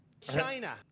China